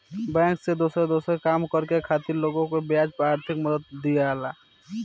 bank से दोसर दोसर काम करे खातिर लोग के ब्याज पर आर्थिक मदद दियाला